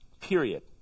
Period